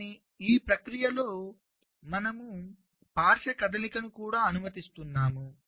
కానీ ఈ ప్రక్రియలో మనము పార్శ్వ కదలికను కూడా అనుమతిస్తున్నాము